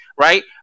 right